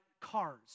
cars